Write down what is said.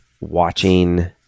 watching